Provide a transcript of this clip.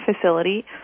facility